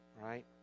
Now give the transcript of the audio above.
Right